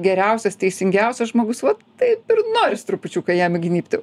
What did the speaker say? geriausias teisingiausias žmogus va taip ir noris trupučiuką jam įgnybti